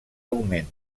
augment